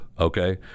okay